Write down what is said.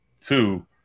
Two